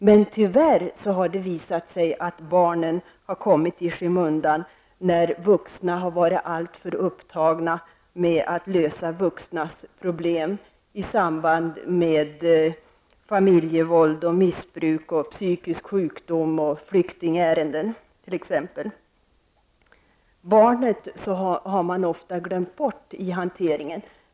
Men tyvärr har det visat sig att barnen kommit i skymundan när vuxna har varit allt för upptagna av att lösa vuxnas problem i samband med familjevåld, missbruk, psykisk sjukdom hos föräldrarna och i flyktingärenden. Barnet har man ofta glömt bort i hanteringen.